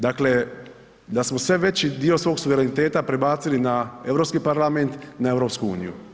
Dakle, da smo sve veći dio svog suvereniteta prebacili na EU parlament i na EU.